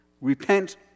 Repent